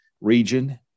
region